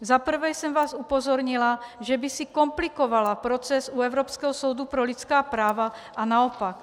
Za prvé jsem vás upozornila, že by si komplikovala proces u Evropského soudu pro lidská práva a naopak.